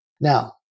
Now